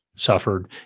suffered